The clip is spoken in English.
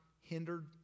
hindered